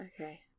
okay